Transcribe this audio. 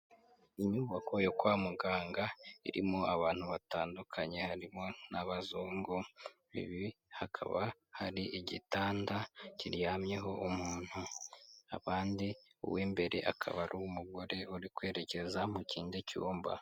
Inyubako yo kwa muganga irimo abantu batandukanye harimo n'abazungu babiri hakaba hari igitanda kiryamyeho umuntu n’abandi uw'imbere akaba ari umugore uri kwerekeza mu kindi cyumba.